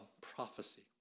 prophecy